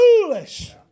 foolish